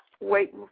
waiting